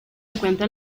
encuentra